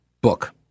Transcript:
book